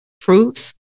fruits